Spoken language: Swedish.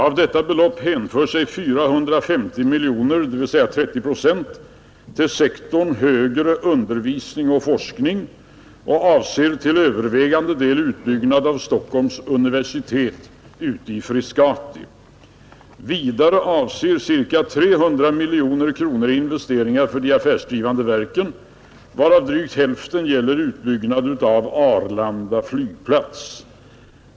Av detta belopp hänför sig ca 450 miljoner kronor, dvs. 30 procent, till sektorn högre undervisning och forskning och avser till övervägande del utbyggnad av Stockholms universitet ute i Frescati. Vidare avser ca 300 miljoner kronor investeringar för de affärsdrivande verken, varav drygt hälften gäller utbyggnad av Arlanda flygplats.